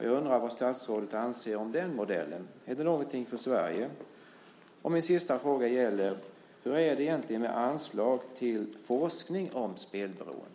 Jag undrar vad statsrådet anser om den modellen. Är detta någonting för Sverige? Min sista fråga är: Hur är det egentligen med anslag till forskning om spelberoende?